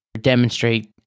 demonstrate